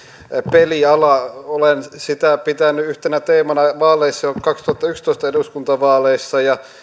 pelialaa olen pitänyt yhtenä teemana vaaleissa jo kaksituhattayksitoista eduskuntavaaleissa ja